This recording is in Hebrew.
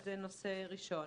זה נושא ראשון.